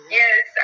yes